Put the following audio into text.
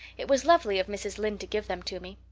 it was lovely of mrs. lynde to give them to me.